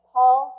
Paul